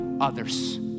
others